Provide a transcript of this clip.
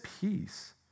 peace